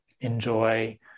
enjoy